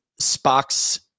Spock's